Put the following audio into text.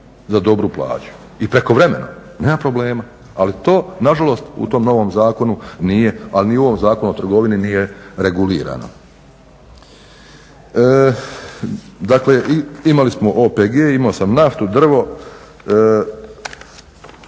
za dobru plaću i prekovremeno, nema problema, ali to nažalost u tom novom zakonu nije, a ni u ovom Zakonu o trgovini nije regulirano. Dakle imali smo OPG, imao sam naftu, drvo.